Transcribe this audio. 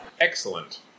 Excellent